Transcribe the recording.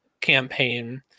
campaign